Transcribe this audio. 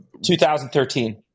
2013